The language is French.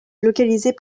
localisés